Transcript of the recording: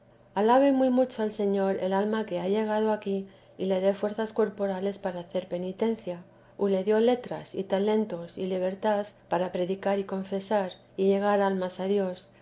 alabe muy mucho al señor el alma que ha llegado aquí y le da fuerzas corporales para hacer penitencia o le dio letras y talento y libertad para predicar y confesar y llegar almas a dios